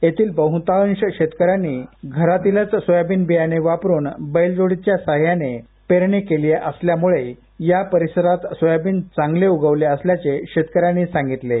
येथील बह्तांश शेतकऱ्यांनी घरातीलच सोयाबीन बियाणे वापरून बैलजोडीच्या सहाय्याने पेरणी केली केली असल्यामुळे या परिसरात सोयाबीन चांगले उगवले उगवले असल्याचे शेतकऱ्यांचे म्हणणे आहे